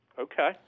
Okay